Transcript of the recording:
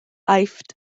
aifft